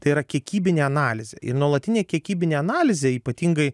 tai yra kiekybinė analizė nuolatinė kiekybinė analizė ypatingai